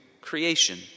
creation